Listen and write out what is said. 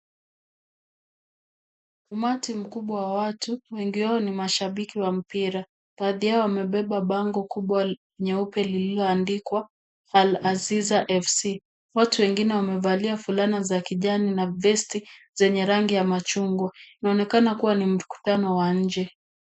Umati mkubwa wa watu wengi wao ni mashabiki wa mpira, baadhi yao wamebeba bango kubwa nyeupe lililoandikwa Al Aziza Fc, watu wengine wamevalia flana za kijani na vesti zenye rangi ya machungwa inaonekana kuwa mkutano wa nje.